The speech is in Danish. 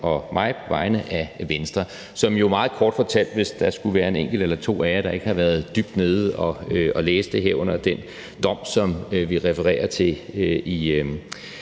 og mig på vegne af Venstre. Hvis der skulle være en enkelt eller to af jer, der ikke har været dybt nede at læse det her i den dom, som vi refererer til i